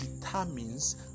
determines